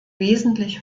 wesentlich